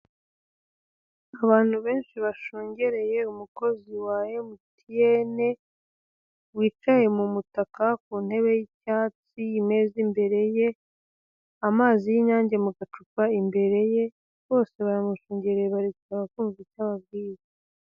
Abantu benshi bashungereye umukozi wa emutiyene wicaye mu mutaka ku ntebe y'icyatsi imeze imbere ye, amazi y'inyange mu gacupa imbere ye bose baramushungereye bari kumva icyo ababwira.